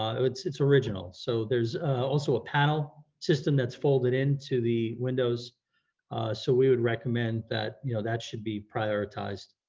i mean its its original, so there's also a panel system that's folded into the windows so we would recommend that you know that should be prioritized.